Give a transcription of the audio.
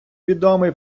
відомий